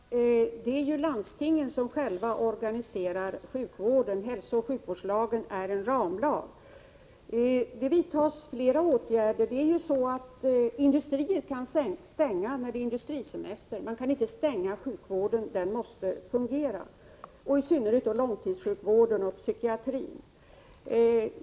Herr talman! Det är ju landstingen som själva organiserar sjukvården. Hälsooch sjukvårdslagen är en ramlag. Det vidtas flera åtgärder. Industrier kan ju stänga, när det är industrisemester. Men man kan inte stänga sjukvården — den måste fungera. Och i synnerhet gäller detta långtidssjukvården och psykiatrin.